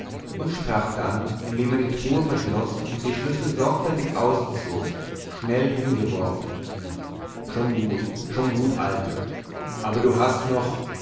und sprach dann indem er die truhe verschloß und die schlüssel sorgfältig auszog schnell hingeworfen schon gut schon gut alter aber du hast noch